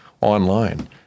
online